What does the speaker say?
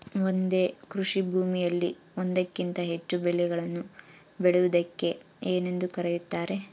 ಒಂದೇ ಕೃಷಿಭೂಮಿಯಲ್ಲಿ ಒಂದಕ್ಕಿಂತ ಹೆಚ್ಚು ಬೆಳೆಗಳನ್ನು ಬೆಳೆಯುವುದಕ್ಕೆ ಏನೆಂದು ಕರೆಯುತ್ತಾರೆ?